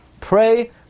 Pray